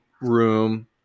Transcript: room